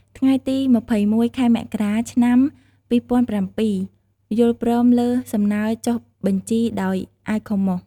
ថ្ងៃទី២១ ខែមករា ឆ្នាំ២០០៧ យល់ព្រមលើសំណើចុះបញ្ជីដោយ ICOMOS។